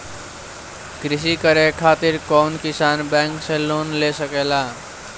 कृषी करे खातिर कउन किसान बैंक से लोन ले सकेला?